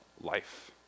life